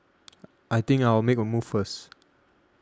I think I'll make a move first